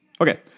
Okay